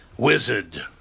Wizard